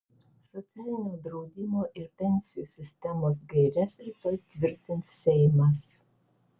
socialinio draudimo ir pensijų sistemos gaires rytoj tvirtins seimas